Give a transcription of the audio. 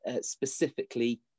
specifically